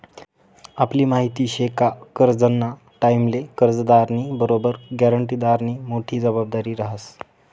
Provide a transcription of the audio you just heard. आपले माहिती शे का करजंना टाईमले कर्जदारनी बरोबर ग्यारंटीदारनी मोठी जबाबदारी रहास